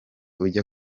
ujya